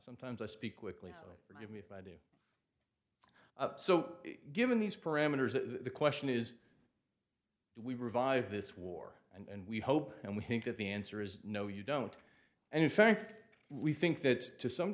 sometimes i speak quickly so forgive me if i do so given these parameters the question is do we revive this war and we hope and we think that the answer is no you don't and in fact we think that to some